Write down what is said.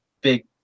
big